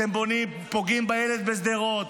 אתם פוגעים בילד בשדרות,